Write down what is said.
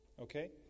Okay